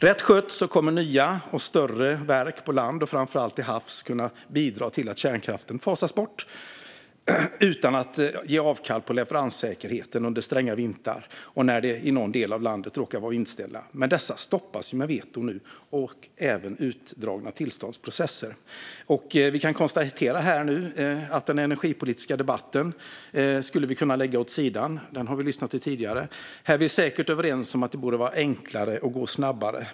Rätt skött kommer nya och större verk på land och framför allt till havs att kunna bidra till att kärnkraften fasas bort utan att man behöver ge avkall på leveranssäkerheten under stränga vintrar och när det i någon del av landet råkar vara vindstilla. Men dessa stoppas nu med veton och utdragna tillståndsprocesser. Den energipolitiska debatten skulle vi nu kunna lägga åt sidan. Den lyssnade vi för övrigt till tidigare i dag. Vi är dock säkert överens om att det borde vara enklare och kunna gå snabbare.